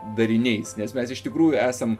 dariniais nes mes iš tikrųjų esam